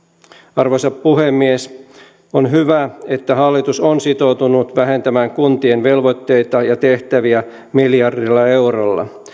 arvoisa puhemies on hyvä että hallitus on sitoutunut vähentämään kuntien velvoitteita ja tehtäviä miljardilla eurolla